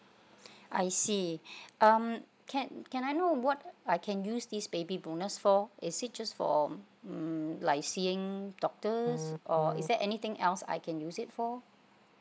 I see um can can I know what I can use this baby bonus for is it just for mm like seeing doctor or is there anything else I can use it for